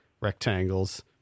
rectangles